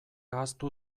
ahaztu